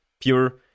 pure